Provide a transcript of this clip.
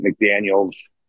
McDaniel's